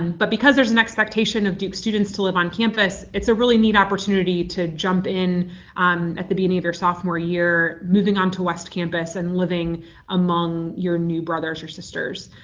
and but because there's an expectation of duke students to live on campus, it's a really neat opportunity to jump in at the beginning of your sophomore year, moving on to west campus and living among your new brothers or sisters.